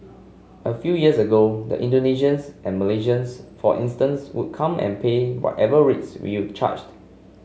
a few years ago the Indonesians and Malaysians for instance would come and pay whatever rates we'll charged